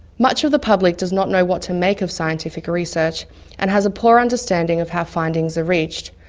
much of the public does not know what to make of scientific research and has a poor understanding of how findings are reached,